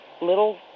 little